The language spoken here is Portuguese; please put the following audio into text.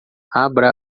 abra